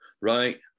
Right